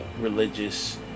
religious